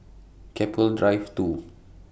Keppel Drive two